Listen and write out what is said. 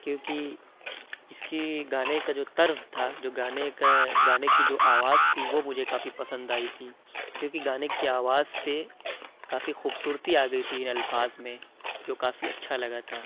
کیوں کہ اِس کی گانے کا جو طرز تھا جو گانے کا گانے کی جو آواز تھی وہ مجھے کافی پسند آئی تھی کیوں کہ گانے کی آواز سے کافی خوبصورتی آ گئی تھی الفاظ میں جو کافی اچھا لگا تھا